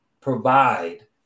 provide